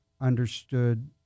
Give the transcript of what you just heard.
understood